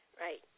right